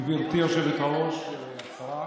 גברתי היושבת-ראש, השרה,